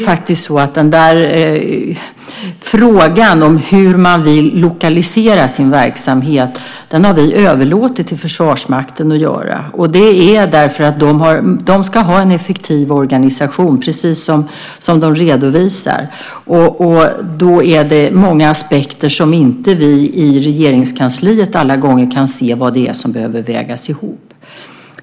Frågan om hur man vill lokalisera sin verksamhet har vi överlåtit till Försvarsmakten. De ska ha en effektiv organisation, precis som de redovisar. Då är det många aspekter som behöver vägas ihop som vi i Regeringskansliet inte alla gånger kan se.